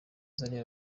zari